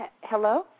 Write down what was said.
hello